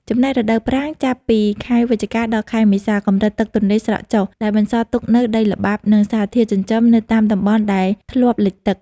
ចំណែក រដូវប្រាំង ចាប់ពីខែវិច្ឆិកា ដល់ ខែមេសា កម្រិតទឹកទន្លេស្រកចុះ ដែលបន្សល់ទុកនូវដីល្បាប់ និងសារធាតុចិញ្ចឹមនៅតាមតំបន់ដែលធ្លាប់លិចទឹក។